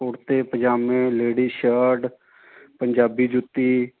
ਕੁੜਤੇ ਪਜਾਮੇ ladies shirt Punjabi ਜੁੱਤੀ